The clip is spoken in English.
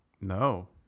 no